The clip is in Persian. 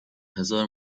هزار